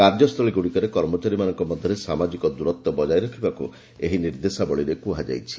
କାର୍ଯ୍ୟସ୍ଥଳୀଗୁଡ଼ିକରେ କର୍ମଚାରୀମାନଙ୍କ ମଧ୍ୟରେ ସାମାଜିକ ଦୂରତ୍ୱ ବଜାୟ ରଖିବାକୁ ଏହି ନିର୍ଦ୍ଦେଶାବଳୀରେ କୁହାଯାଇଛି